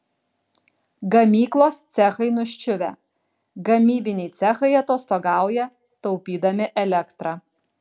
gamyklos cechai nuščiuvę gamybiniai cechai atostogauja taupydami elektrą